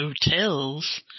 hotels